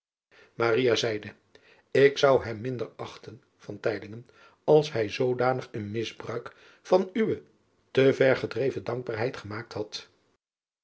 zeide k zou hem minder achten als hij zoodanig een misbruik van uwe te ver gedreven dankbaarheid gemaakt had